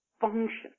function